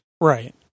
Right